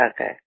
Okay